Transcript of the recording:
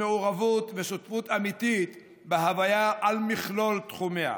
מעורבות ושותפות אמיתית בהוויה על מכלול תחומיה.